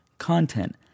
content